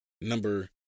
number